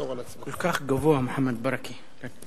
כל כך גבוה, מוחמד ברכה.